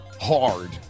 Hard